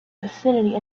vicinity